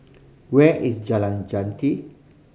where is Jalan Jati